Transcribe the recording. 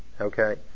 okay